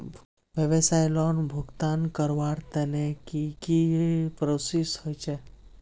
व्यवसाय लोन भुगतान करवार तने की की प्रोसेस होचे?